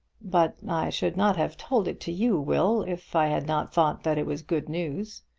but i should not have told it to you, will, if i had not thought that it was good news.